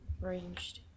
ranged